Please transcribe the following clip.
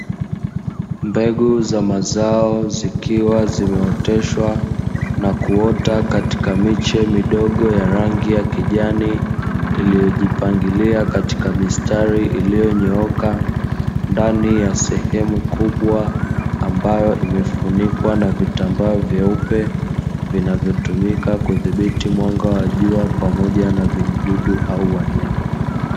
Mbegu za mazao zikiwa zimeoteshwa na kuota katika miche midogo ya rangi ya kijani iliyojipangilia katika mistari iliyonyooka, ndani ya sehemu kubwa ambayo imefunikwa na vitambaa vyeupe vinavyotumika kudhibiti mwanga wa jua pamoja na vijidudu au wanyama.